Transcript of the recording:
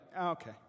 okay